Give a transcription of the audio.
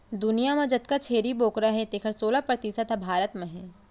दुनियां म जतका छेरी बोकरा हें तेकर सोला परतिसत ह भारत म हे